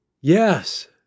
yes